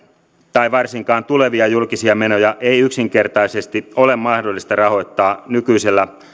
tai varsinkaan tulevia julkisia menoja ei yksinkertaisesti ole mahdollista rahoittaa nykyisellä